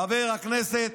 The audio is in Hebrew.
חבר הכנסת